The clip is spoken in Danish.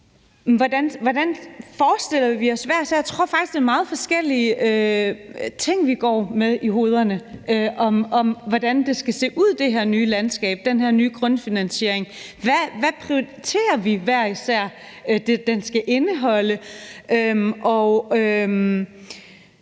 især forestiller os det. Jeg tror faktisk, det er meget forskellige ting, vi går med i hovederne, om, hvordan det her nye landskab, den her nye grundfinansiering, skal se ud, og hvad vi hver især prioriterer at den skal indeholde,